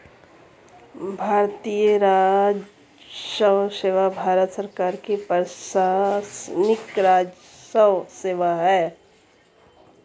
भारतीय राजस्व सेवा भारत सरकार की प्रशासनिक राजस्व सेवा है